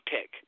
pick